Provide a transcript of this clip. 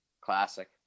Classic